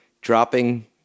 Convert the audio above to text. dropping